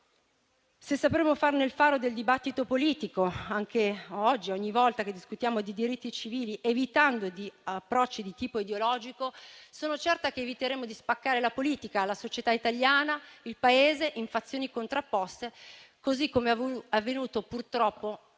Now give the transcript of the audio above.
di tale lotta il faro del dibattito politico, oggi ed ogni volta che discutiamo di diritti civili, evitando approcci di tipo ideologico, sono certa che eviteremo di spaccare la politica, la società italiana ed il Paese in fazioni contrapposte, così come avvenuto, purtroppo,